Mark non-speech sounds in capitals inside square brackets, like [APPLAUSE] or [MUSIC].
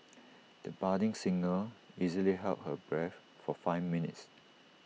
[NOISE] the budding singer easily held her breath for five minutes